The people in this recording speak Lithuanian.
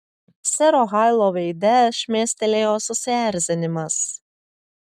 sero hailo veide šmėstelėjo susierzinimas